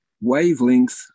wavelength